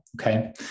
Okay